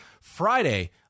Friday